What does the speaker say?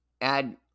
add